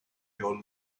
your